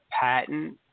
patent